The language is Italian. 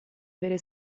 avere